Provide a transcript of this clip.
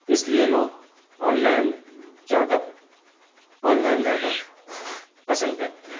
اس لیے لوگ آنلائن زیادہ آنلائن زیادہ پسند کرتے ہیں